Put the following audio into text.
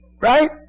right